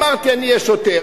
אמרתי: אני אהיה שוטר.